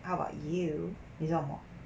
how about you 你做什么